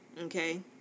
Okay